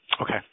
okay